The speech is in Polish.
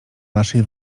naszej